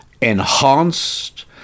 enhanced